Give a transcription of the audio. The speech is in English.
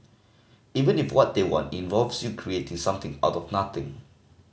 even if what they want involves you creating something out of nothing